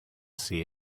see